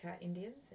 Indians